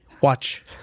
watch